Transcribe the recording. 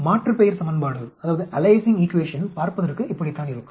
மாற்றுப்பெயர் சமன்பாடு பார்ப்பதற்கு இப்படித்தான் இருக்கும்